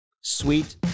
Sweet